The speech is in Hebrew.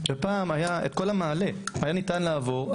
פעם היה את כל המעלה, היה ניתן לעבור.